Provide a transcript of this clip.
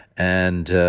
and